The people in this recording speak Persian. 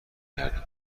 گردم